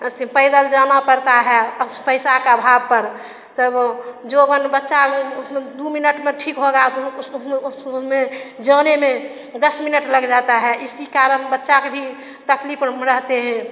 ऐसे पैदल जाना पड़ता है और पइसा का अभाव पर तब जो मन बच्चा उसमें दु मिनट में ठीक होगा उसको में जाने में दस मिनट लग जाता है इसी कारन बच्चा के भी तकलीफ रहते हैं